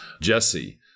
Jesse